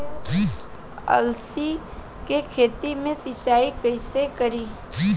अलसी के खेती मे सिचाई कइसे करी?